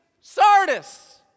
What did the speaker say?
Sardis